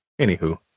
anywho